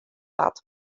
dat